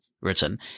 written